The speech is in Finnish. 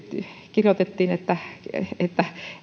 kirjoitettiin että että